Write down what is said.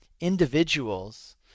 individuals